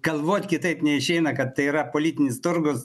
galvot kitaip neišeina kad tai yra politinis turgus